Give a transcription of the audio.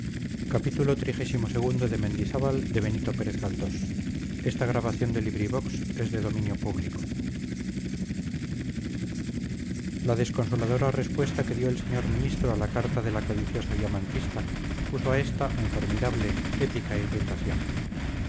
la desconsoladora respuesta que dio el señor ministro a la carta de la codiciosa diamantista puso a esta en formidable épica irritación